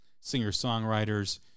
singer-songwriters